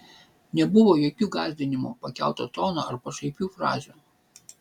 nebuvo jokių gąsdinimų pakelto tono ar pašaipių frazių